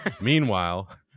Meanwhile